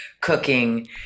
cooking